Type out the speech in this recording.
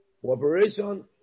cooperation